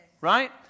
Right